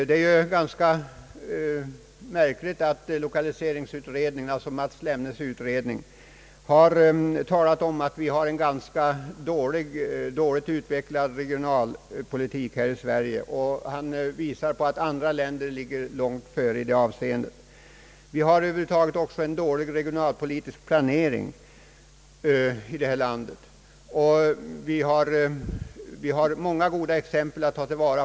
Det är ju märkligt att landshödving Mats Lemnes utredning, lokaliseringsutredningen, har talat om att vi har en ganska dåligt utvecklad regionalpolitik här i Sverige. Han visar på att andra länder ligger långt före i detta avseende. Det finns också en dålig regionalpolitisk planering här i landet, och vi har många goda exempel från andra länder.